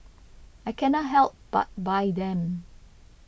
I cannot help but buy them